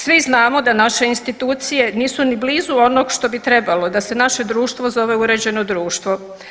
Svi znamo da naše institucije nisu ni blizu onog što bi trebalo da se naše društvo zove uređeno društvo.